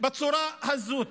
בצורה הזאת.